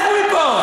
לכו מפה.